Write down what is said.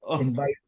invite